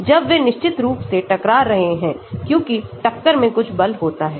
जब वे निश्चित रूप से टकरा रहे हैं क्योंकि टक्कर में कुछ बल होते हैं